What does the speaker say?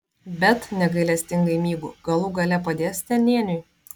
bet negailestingai mygu galų gale padėsite nėniui